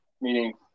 meaning